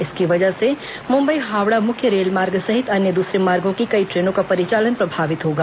इसकी वजह से मुंबई हावड़ा मुख्य रेलमार्ग सहित अन्य दूसरे मार्गों की कई ट्रेनों का परिचालन प्रभावित होगा